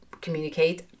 communicate